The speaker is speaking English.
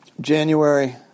January